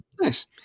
Nice